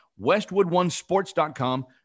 westwoodonesports.com